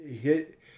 Hit